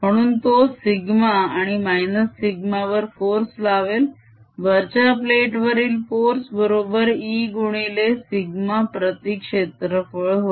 म्हणून तो σ आणि -σ वर फोर्स लावेल वरच्या प्लेट वरील फोर्स बरोबर E गुणिले σ प्रती क्षेत्रफळ होय